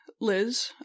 Liz